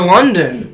London